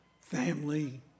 family